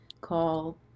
call